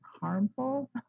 harmful